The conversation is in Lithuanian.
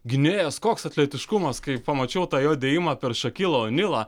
gynėjas koks atletiškumas kai pamačiau tą jo dėjimą per šakilą onilą